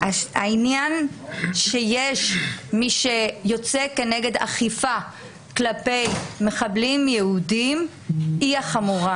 העניין שיש מי שיוצא נגד אכיפה כלפי מחבלים יהודים הוא החמור.